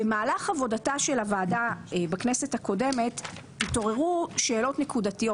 במהלך עבודתה של הוועדה בכנסת הקודמת התעוררו שאלות נקודתיות,